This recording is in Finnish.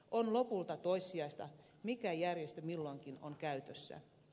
on lopulta toissijaista mikä järjestö milloinkin on käytössä